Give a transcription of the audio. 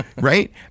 Right